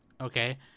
okay